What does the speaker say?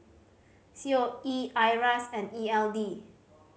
C O E IRAS and E L D